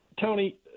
Tony